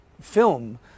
film